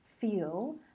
feel